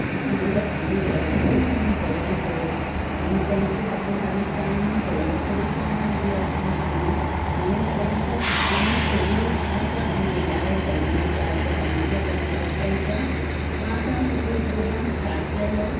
सांगलें फाल्यां येयातूच म्हुणून कशींय करून आनी तांचे खातीर हांवें टायमींग दवरलो थोडी कामांक बी आसतात न्ही म्हुणून तांकां आमी थोडी आसात न्ही रिटायड जाल्ले आसात घरांकच आसात तैंकां पांचा साकून प्रोग्राम स्टाट केलो